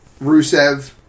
Rusev